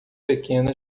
pequeno